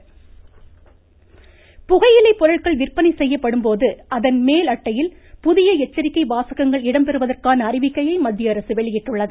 மமமமமம புகையிலை புகையிலை பொருட்கள் விற்பனை செய்யப்படும்போது அதன் மேல் அட்டையில் புதிய எச்சரிக்கை வாசகங்கள் இடம்பெறுவதற்கான அறிவிக்கையை மத்திய அரசு வெளியிட்டுள்ளது